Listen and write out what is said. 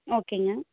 ஓகேங்க